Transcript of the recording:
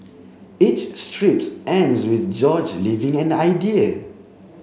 each strips ends with George leaving an idea